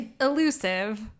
elusive